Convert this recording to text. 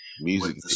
Music